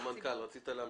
אדוני המנכ"ל, רצית להמשיך.